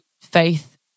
faith